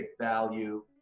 value